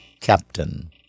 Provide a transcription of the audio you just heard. Captain